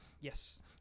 Yes